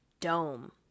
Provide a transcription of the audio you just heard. dome